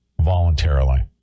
voluntarily